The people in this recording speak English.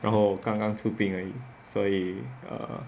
然后刚刚出兵而已所以: ran hou gang gang chu bing er yi suo yi err